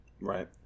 Right